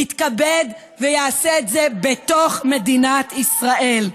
יתכבד ויעשה את זה בתוך מדינת ישראל.